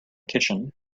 kitchen